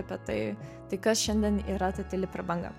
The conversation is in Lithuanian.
apie tai tai kas šiandien yra ta tyli prabanga